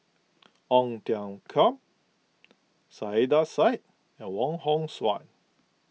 Ong Tiong Khiam Saiedah Said and Wong Hong Suen